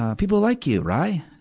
people like you, ry!